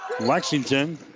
Lexington